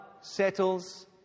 settles